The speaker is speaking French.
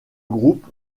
groupe